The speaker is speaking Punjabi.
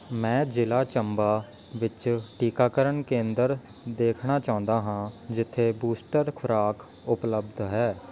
ਮੈਂ ਜ਼ਿਲ੍ਹਾ ਚੰਬਾ ਵਿੱਚ ਟੀਕਾਕਰਨ ਕੇਂਦਰ ਦੇਖਣਾ ਚਾਹੁੰਦਾ ਹਾਂ ਜਿੱਥੇ ਬੂਸਟਰ ਖੁਰਾਕ ਉਪਲਬਧ ਹੈ